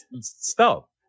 stop